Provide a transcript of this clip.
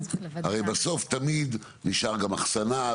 הרי בסוף תמיד נשאר גם אחסנה,